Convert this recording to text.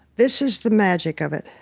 this is the magic of it.